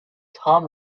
tom